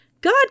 God